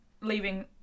leaving